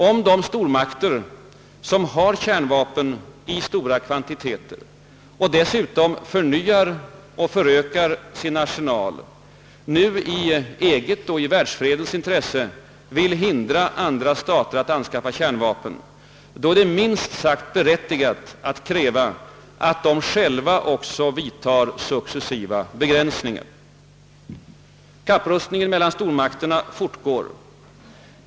Om de stormakter, som har kärnvapen i stora kvantiteter och dessutom förnyar och förökar sin arsenal, nu i eget och världsfredens intresse vill hindra andra stater att anskaffa kärnvapen, då är det minst sagt berättigat att fordra att de själva också successivt vidtar begränsningar. Kapprustningen mellan stormakterna fortgår.